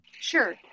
Sure